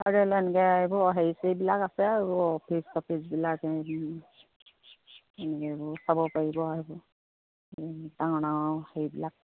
আৰু লে এনেকৈ আহিব হেৰি চেৰিবিলাক আছে আৰু অফিচ চফিচবিলাক এন এনেকৈ এইবোৰ চাব পাৰিব আৰু ডাঙৰ ডাঙৰ হেৰিবিলাক